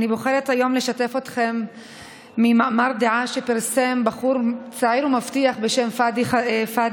אני בוחרת היום לשתף אתכם במאמר דעה שפרסם בחור צעיר ומבטיח בשם פאדי